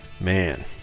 man